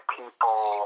people